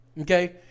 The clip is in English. okay